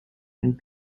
and